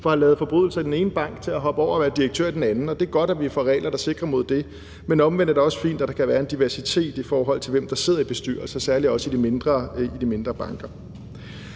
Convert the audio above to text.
fra at have lavet forbrydelser i den ene bank til at være direktør i den anden. Det er godt, at vi får regler, der sikrer mod det, men omvendt er det også fint, at der kan være en diversitet, i forhold til hvem der sidder i bestyrelser, særlig også i de mindre banker.